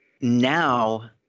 Now